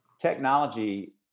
Technology